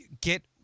Get